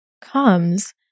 comes